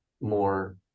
more